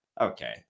Okay